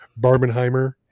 barbenheimer